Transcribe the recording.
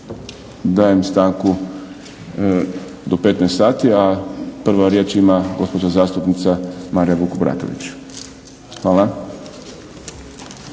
dajem stanku do 15,00 sati, a prva riječ ima gospođa zastupnica Marija Vukobratović. Hvala.